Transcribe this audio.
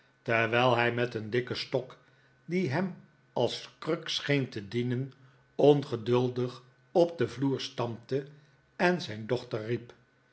terwijl hij met een dikken stok die hem als kruk scheen te dienen ongeduldig op den vloer stampte en zijn dochter riep